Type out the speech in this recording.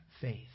faith